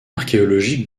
archéologique